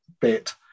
bit